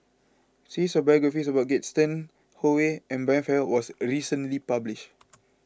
series of biographies about Gaston Howe and Brian Farrell was a recently published